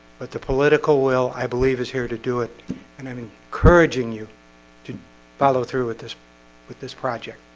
but the political will i believe is here to do it and i'm i mean encouraging you to follow through with this with this project.